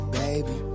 baby